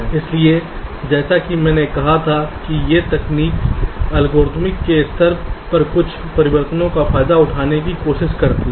इसलिए जैसा कि मैंने कहा था कि ये तकनीक एल्गोरिथ्मिक के स्तर पर कुछ परिवर्तनों का फायदा उठाने की कोशिश करती हैं